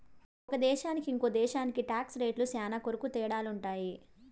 ఒక దేశానికి ఇంకో దేశానికి టాక్స్ రేట్లు శ్యానా కొరకు తేడాలుంటాయి